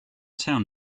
town